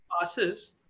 passes